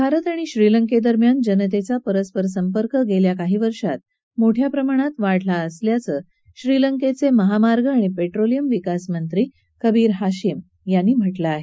भारत आणि श्रीलंकेदरम्यान जनतेचा परस्पर संपर्क गेल्या काही वर्षात मोठ्या प्रमाणात वाढला असल्याचं श्रीलंकेचे महामार्ग आणि पेट्रोलियम विकासमंत्री कबीर हाशिम यांनी म्हटलं आहे